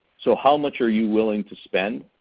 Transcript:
so how much are you willing to spend,